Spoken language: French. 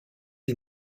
est